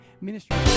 ministry